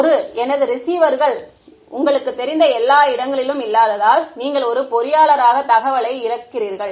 ஒரு எனது ரிசீவர்கள் உங்களுக்குத் தெரிந்த எல்லா இடங்களிலும் இல்லாததால் நீங்கள் ஒரு பொறியாளராக தகவலை இழக்கிறீர்கள்